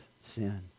sin